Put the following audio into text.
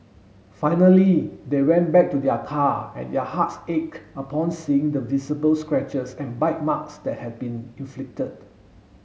finally they went back to their car and their hearts ached upon seeing the visible scratches and bite marks that had been inflicted